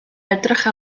edrych